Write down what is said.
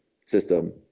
system